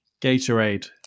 Gatorade